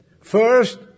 First